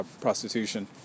prostitution